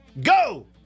Go